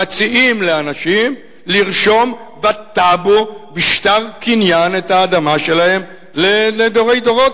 מציעים לאנשים לרשום בטאבו בשטר קניין את האדמה שלהם לדורי דורות.